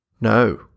No